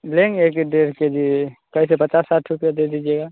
लेंगे एक डेढ़ केजी कैसे पचास साठ रुपया दे दीजिएगा